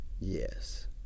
yes